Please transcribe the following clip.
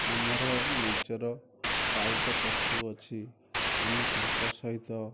ଆମର ନିଜର ପାଳିତ ପଶୁ ଅଛି ଆମେ ତାଙ୍କ ସହିତ